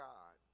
God